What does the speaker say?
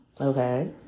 Okay